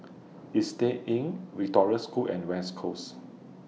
Istay Inn Victoria School and West Coast